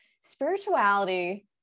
spirituality